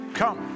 come